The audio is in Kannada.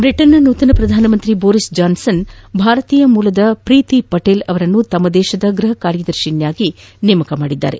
ಬ್ರಿಟನ್ನ ನೂತನ ಪ್ರಧಾನಿ ಬೋರಿಸ್ ಜಾನ್ವನ್ ಭಾರತೀಯ ಮೂಲದ ಪ್ರೀತಿ ಪಟೇಲ್ ಅವರನ್ನು ತಮ್ಮ ದೇಶದ ಗ್ವಹ ಕಾರ್ಯದರ್ಶಿಯನ್ನಾಗಿ ನೇಮಿಸಿದ್ದಾರೆ